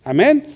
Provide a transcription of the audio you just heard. Amen